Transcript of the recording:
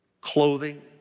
clothing